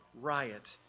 riot